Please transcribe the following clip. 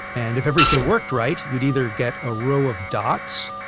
and if everything worked right, you'd either get a row of dots,